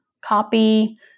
copy